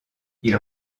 ils